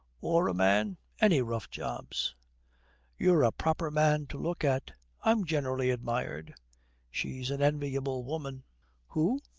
orraman, any rough jobs you're a proper man to look at i'm generally admired she's an enviable woman who?